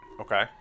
Okay